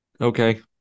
Okay